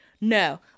no